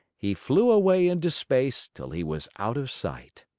he flew away into space till he was out of sight.